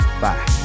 Bye